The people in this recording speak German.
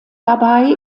dabei